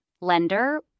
lender